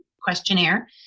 questionnaire